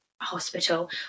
hospital